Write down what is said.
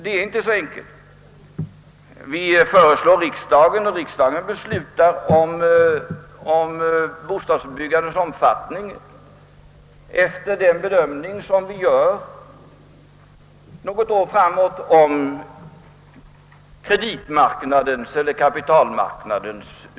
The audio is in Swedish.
Vi lämnar förslag till riksdagen och riksdagen beslutar om bostadsbyggandets omfattning på grundval av den bedömning som görs för något år framåt bl.a. om resurserna på kapitalmarknaden.